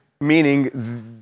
Meaning